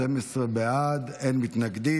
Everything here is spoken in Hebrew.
עכשיו.